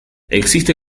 existe